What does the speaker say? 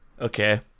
okay